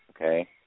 Okay